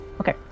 Okay